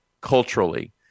culturally